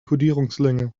kodierungslänge